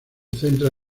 centra